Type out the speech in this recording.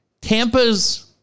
Tampa's